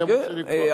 כן,